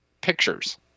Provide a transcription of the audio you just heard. pictures